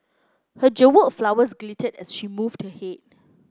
her jewelled flowers glittered as she moved her head